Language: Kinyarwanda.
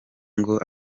ngo